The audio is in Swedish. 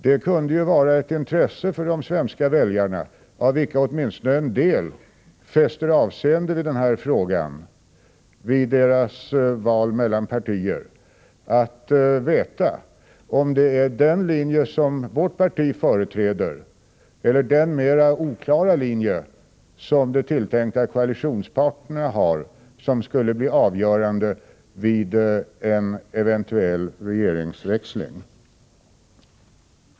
Det kunde vara av intresse för de svenska väljarna, av vilka åtminstone en del fäster avseende vid denna fråga vid deras val mellan olika partier, att få veta om det är den linje som vårt parti företräder eller den mer oklara linje som de tilltänkta koalitionspartnerna har som skulle bli följd vid en eventuell regeringsväxling.